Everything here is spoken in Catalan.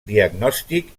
diagnòstic